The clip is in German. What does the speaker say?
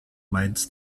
mainz